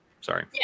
Sorry